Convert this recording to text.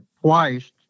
Twice